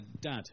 Dad